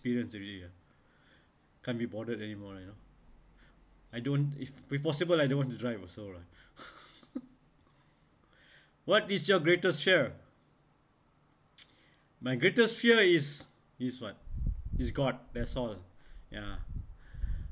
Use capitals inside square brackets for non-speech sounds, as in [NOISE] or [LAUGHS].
experience already can't be bothered anymore lah you know I don't if possible I don't want to try also lah [LAUGHS] what is your greatest fear my greatest fear is is what is god that's all ya